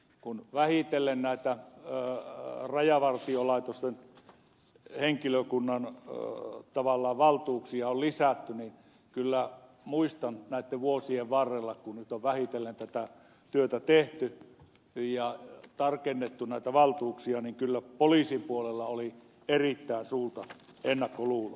kun vähitellen näitä rajavartiolaitoksen henkilökunnan valtuuksia on tavallaan lisätty niin kyllä muistan että näitten vuosien varrelta kun nyt on vähitellen tätä työtä tehty ja tarkennettu näitä valtuuksia poliisin puolella oli erittäin suurta ennakkoluuloa